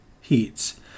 heats